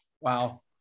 Wow